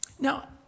Now